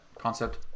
concept